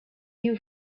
you